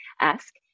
ask